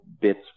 bits